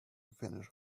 finish